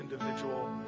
individual